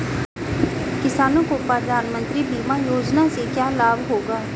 किसानों को प्रधानमंत्री बीमा योजना से क्या लाभ होगा?